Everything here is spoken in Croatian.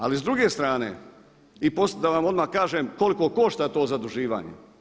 Ali s druge strane i da vam odmah kažem koliko košta to zaduživanje.